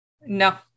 No